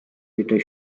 later